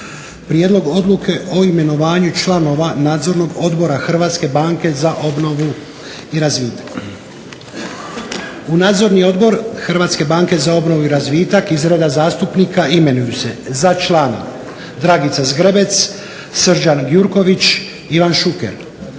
prijedlog odluke o imenovanju članova Nadzornog odbora Hrvatske banke za obnovu i razvitak. U Nadzorni odbor Hrvatske banke za obnovu i razvitak iz reda zastupnika imenuju se za člana Dragica Zgrebec, Srđan Gjurković, Ivan Šuker.